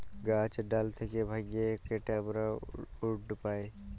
গাহাচের ডাল থ্যাইকে ভাইঙে কাটে আমরা উড পায়